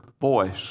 voice